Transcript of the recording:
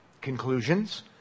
conclusions